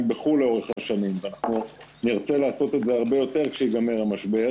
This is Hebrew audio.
בחו"ל לאורך השנים ואנחנו נרצה לעשות את זה הרבה יותר כשיגמר המשבר,